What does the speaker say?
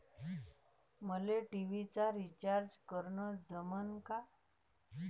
मले टी.व्ही चा रिचार्ज करन जमन का?